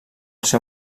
seu